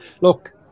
Look